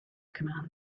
command